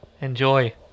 Enjoy